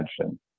attention